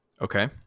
Okay